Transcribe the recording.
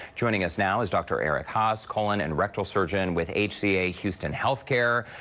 joining us now is dr. eric haas, colon and rectal surgeon with hca houston health care.